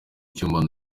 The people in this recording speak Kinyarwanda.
cyumba